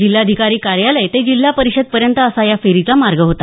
जिल्हाधिकारी कार्यालय ते जिल्हा परिषद पर्यंत असा या फेरीचा मार्ग होता